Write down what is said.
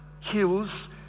kills